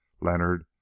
Leonard